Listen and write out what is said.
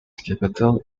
capital